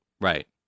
Right